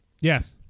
Yes